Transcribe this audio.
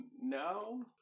no